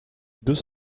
deux